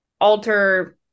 alter